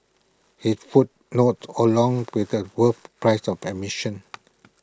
his footnotes alone with A worth price of admission